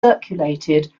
circulated